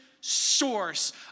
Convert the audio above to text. source